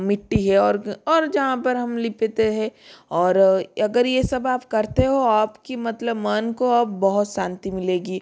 मिट्टी है और और जहाँ पर हम लिपते है और अगर ये सब आप करते हो आप की मतलब मन को अब बहुत शांति मिलेगी